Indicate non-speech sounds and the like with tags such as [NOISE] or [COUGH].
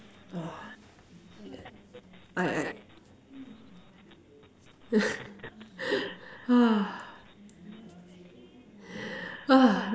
I I [LAUGHS] [NOISE]